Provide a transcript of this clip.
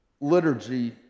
liturgy